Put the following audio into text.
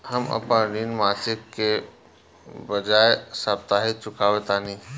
हम अपन ऋण मासिक के बजाय साप्ताहिक चुकावतानी